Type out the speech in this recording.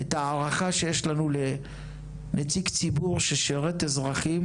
את ההערכה שיש לנו לנציג ציבור ששירת אזרחים